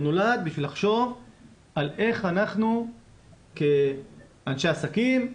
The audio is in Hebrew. הוא נולד בשביל לחשוב על איך אנחנו כאנשי עסקים,